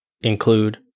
include